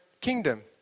kingdom